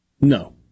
No